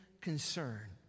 concern